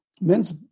men's